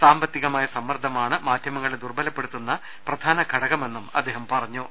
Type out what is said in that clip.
സാമ്പത്തികമായ സമ്മർദ്ദമാണ് മാധ്യമങ്ങളെ ദുർബലപ്പെടുത്തുന്ന പ്രധാന ഘടകമെന്നും അദ്ദേഹം പറഞ്ഞു